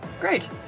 Great